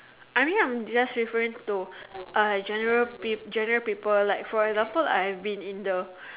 I mean I'm referring to general people like for example I've been in the